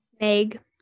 Meg